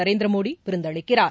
நரேந்திரமோடிவிருந்தளிக்கிறார்